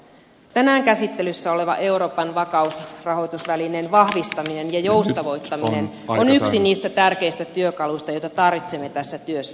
tänään käsittelyssä oleva euroopan rahoitusvakausvälineen vahvistaminen ja joustavoittaminen on yksi niistä tärkeistä työkaluista joita tarvitsemme tässä työssä